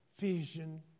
vision